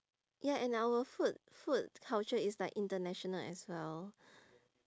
ya and our food food culture is like international as well